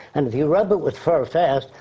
and if he rubbed it with fur fast,